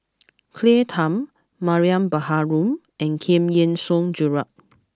Claire Tham Mariam Baharom and Giam Yean Song Gerald